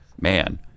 Man